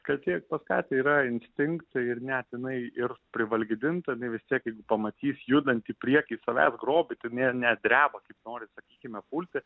katė pas katę yra instinktai ir net jinai ir privalgydinta jinai vis tiek jeigu pamatys judantį prieky savęs grobį tai ji net dreba kaip nori sakykime pulti